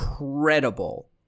incredible